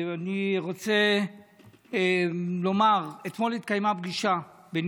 אני רוצה לומר שאתמול התקיימה פגישה בין